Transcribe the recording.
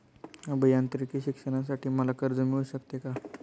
अभियांत्रिकी शिक्षणासाठी मला कर्ज मिळू शकते का?